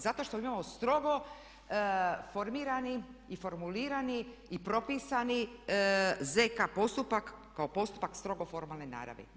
Zato što imamo strogo formirani i formulirani i propisani ZK postupak kao postupak strogo formalne naravi.